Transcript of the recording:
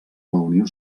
unió